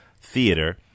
theater